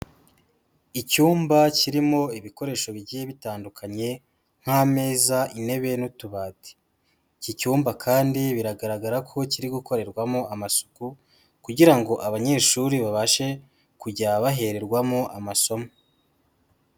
Icyumba kirimo ibikoresho bigiye bitandukanye nk'ameza, intebe n'utubati, iki cyumba kandi biragaragara ko kiri gukorerwamo amasuku kugira ngo abanyeshuri babashe kujya bahererwamo amasomo.